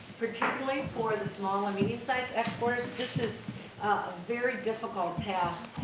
particularly for the small and medium-sized exporters. this is a very difficult task.